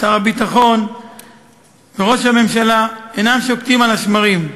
שר הביטחון וראש הממשלה אינם שוקטים על השמרים.